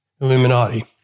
Illuminati